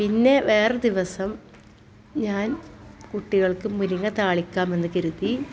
പിന്നെ വേറൊരു ദിവസം ഞാൻ കുട്ടികൾക്ക് മുരിങ്ങ താളിക്കാമെന്ന് കരുതി